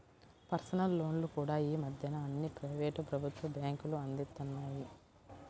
personal లోన్లు కూడా యీ మద్దెన అన్ని ప్రైవేటు, ప్రభుత్వ బ్యేంకులూ అందిత్తన్నాయి